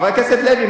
חברת הכנסת לוי,